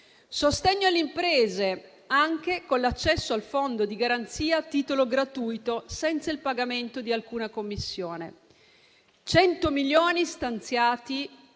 sostegno alle imprese, anche con l'accesso al fondo di garanzia a titolo gratuito, senza il pagamento di alcuna commissione; 100 milioni stanziati